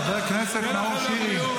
חבר הכנסת נאור שירי.